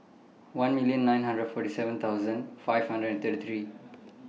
one million nine hundred forty seven thousand five hundred and thirty three